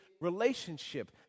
relationship